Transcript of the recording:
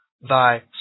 thy